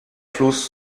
fluss